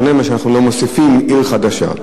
בשונה מזה שאנחנו לא מוסיפים עיר חדשה.